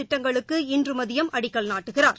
திட்டங்களுக்கு இன்று மதியம் அடிக்கல் நாட்டுகிறார்